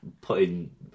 putting